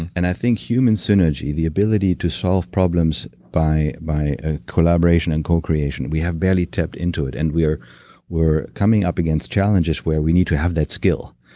and i think human synergy, the ability to solve problems by by ah collaboration and co-creation, we have barely tapped into it. and we're we're coming up against challenges where we need to have that skill.